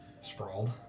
sprawled